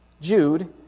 Jude